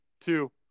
two